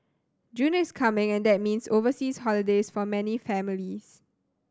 June is coming and that means overseas holidays for many families